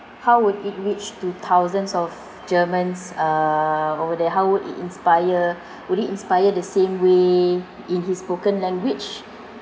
how would it reach to thousands of germans uh over there how would it inspire would it inspire the same way in his spoken language